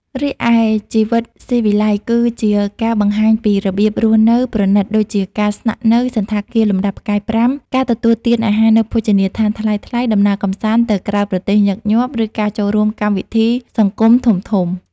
រីឯជីវិតស៊ីវិល័យគឺជា ការបង្ហាញពីរបៀបរស់នៅប្រណីតដូចជាការស្នាក់នៅសណ្ឋាគារលំដាប់ផ្កាយប្រាំ ការទទួលទានអាហារនៅភោជនីយដ្ឋានថ្លៃៗ ដំណើរកម្សាន្តទៅក្រៅប្រទេសញឹកញាប់ ឬការចូលរួមកម្មវិធីសង្គមធំៗ។